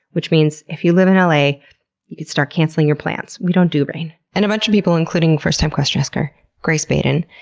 which means if you live in la, you can start cancelling your plans. we don't do rain. and a bunch of people, including first time question asker grace baden,